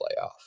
playoff